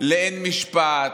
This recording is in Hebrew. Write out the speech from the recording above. לאין משפט,